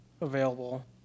available